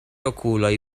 okuloj